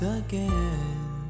again